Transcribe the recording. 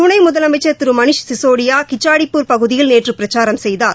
துணை முதலமைச்சர் திரு மணிஷ் சிசோடியா கிச்சாடிப்பூர் பகுதியில் நேற்று பிரச்சாரம் செய்தார்